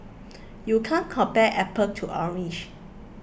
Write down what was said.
you can't compare apple to orange